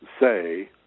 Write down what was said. say